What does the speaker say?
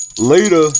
Later